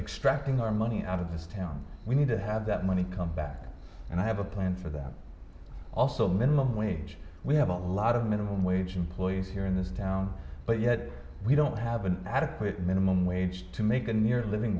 extracting our money out of this town we need to have that money come back and i have a plan for that also minimum wage we have a lot of minimum wage employees here in this town but yet we don't have an adequate minimum wage to make a near living